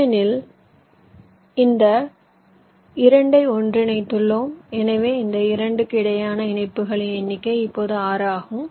ஏனெனில் இந்த 2 ஐ ஒன்றிணைத்துள்ளோம் எனவே இந்த 2க்கு இடையிலான இணைப்புகளின் எண்ணிக்கை இப்போது 6 ஆகும்